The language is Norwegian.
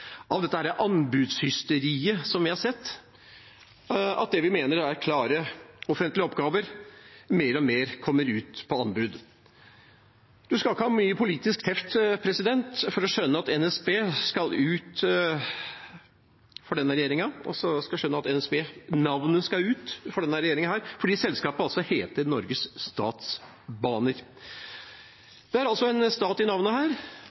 av jernbanereformen. Alt dette anbudshysteriet som vi har sett, at det vi mener er klare offentlige oppgaver, mer og mer kommer ut på anbud – en skal ikke ha mye politisk teft for å skjønne at for denne regjeringa skal NSB-navnet ut fordi selskapet heter Norges Statsbaner. Det er altså «stat» i navnet her, og da er det noe som skurrer for